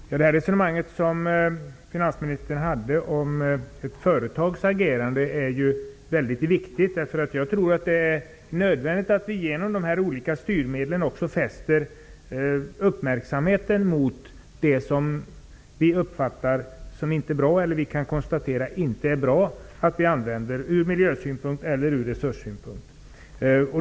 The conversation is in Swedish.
Fru talman! Det resonemang som finansministern förde om ett företags agerande är viktigt. Det är nödvändigt att vi genom dessa olika styrmedel också fäster uppmärksamheten på det som vi kan konstatera inte är bra att använda ur miljö eller resurssynpunkt.